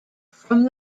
from